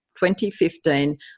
2015